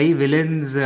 villains